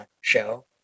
show